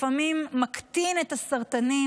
לפעמים מקטין את הסרטנים,